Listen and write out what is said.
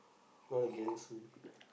gonna get it soon